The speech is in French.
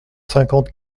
cinquante